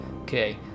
Okay